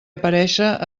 aparéixer